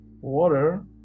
water